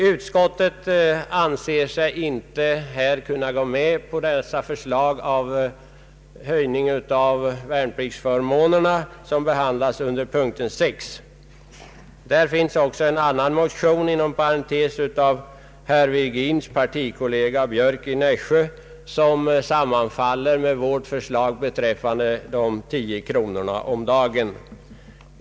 Utskottet anser sig inte här kunna gå med på vårt motionsförslag till höjning av värnpliktsförmånerna som behandlats under punkten 6. Där finns också en annan motion, inom parentes av herr Virgins partikamrat herr Björck i Nässjö, som sammanfaller med vårt förslag beträffande de tio kronorna om dagen.